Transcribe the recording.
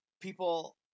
People